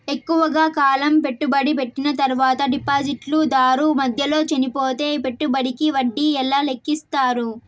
ఎక్కువగా కాలం పెట్టుబడి పెట్టిన తర్వాత డిపాజిట్లు దారు మధ్యలో చనిపోతే పెట్టుబడికి వడ్డీ ఎలా లెక్కిస్తారు?